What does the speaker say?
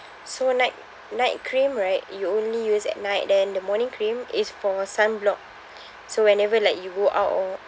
so night night cream right you only use at night then the morning cream is for sunblock so whenever like you go out or